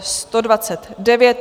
129.